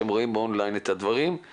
שרואים את הפניות באון- ליין,